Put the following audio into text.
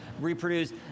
reproduce